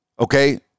okay